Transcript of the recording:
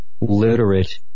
literate